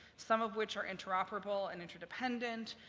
some of which are interoperable and interdependent,